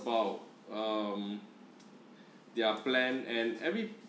!wow! um they are planned and every